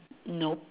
nope